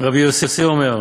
רבי יוסי אומר,